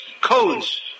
codes